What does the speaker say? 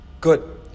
Good